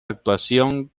actuación